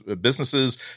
businesses